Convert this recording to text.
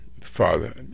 father